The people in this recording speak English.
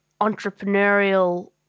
entrepreneurial